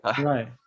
Right